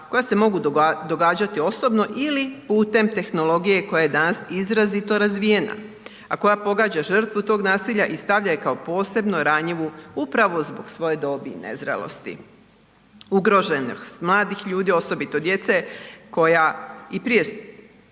koja se mogu događati osobno ili putem tehnologije koja je danas izrazito razvijena, a koja pogađa žrtvu tog nasilja i stavlja je kao posebno ranjivu upravo zbog svoje dobi i nezrelosti. Ugroženost mladih ljudi osobito djece koja i prije